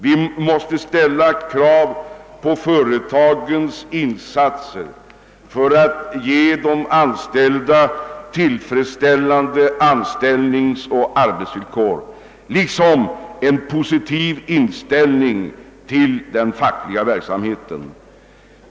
Vi måste ställa krav på företagen att de ger de anställda tillfredsställande anställningsoch arbetsvillkor liksom att de visar en positiv inställning till den fackliga verksamheten.